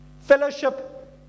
Fellowship